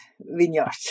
vineyards